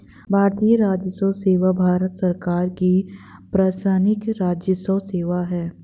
भारतीय राजस्व सेवा भारत सरकार की प्रशासनिक राजस्व सेवा है